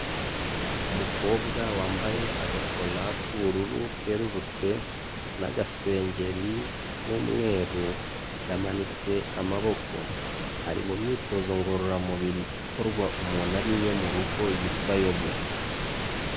Umukobwa wambaye agakora k'ubururu bwerurutse n'agasengeri k'umweru, yamanitse amaboko ari mu myitozo ngororamubiri ikorwa umuntu ariwe mu rugo yitwa yoga.